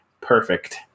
Perfect